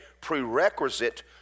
prerequisite